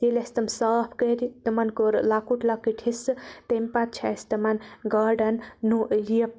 ییٚلہِ اَسہِ تِم صاف کَرۍ تِمَن کوٚر لکُٹ لَکُٹ حِصہٕ تمہِ پَتہٕ چھِ اَسہِ تِمَن گاڈَن یہِ